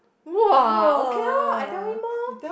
!woah! okay oh I tell him oh